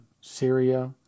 Syria